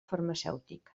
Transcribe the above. farmacèutic